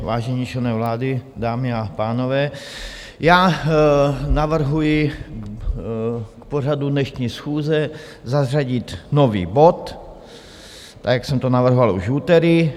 Vážení členové vlády, dámy a pánové, navrhuji k pořadu dnešní schůze zařadit nový bod, jak jsem to navrhoval už v úterý.